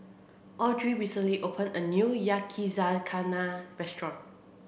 Audrey recently opened a new Yakizakana Restaurant